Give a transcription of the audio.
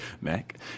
Mac